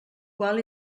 qual